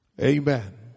Amen